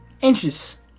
inches